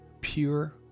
pure